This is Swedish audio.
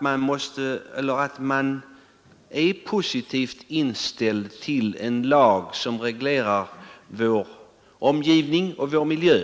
Och just därför att vi är positivt inställda till denna lag, som reglerar vår omgivning och vår miljö,